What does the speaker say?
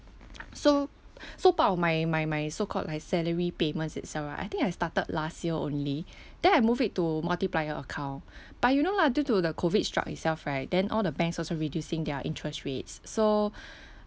so so part of my my my so called like salary payments itself right I think I started last year only then I move it to multiplier account but you know lah due to the COVID struck itself right then all the banks also reducing their interest rates so